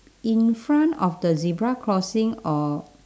in front of the zebra crossing or